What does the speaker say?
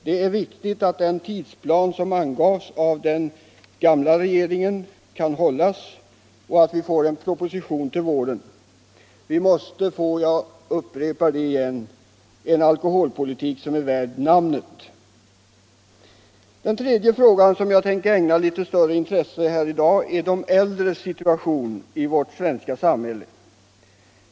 Det är viktigt att den tidsplan som angavs av den gamla regeringen kan hållas, så att vi får en proposition till våren. Vi måste - jag upprepar det — få en alkoholpolitik som är värd namnet. Det tredje området, som jag tänker ägna litet större intresse här i dag, är de äldres situation i vårt svenska samhälle.